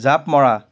জাঁপ মৰা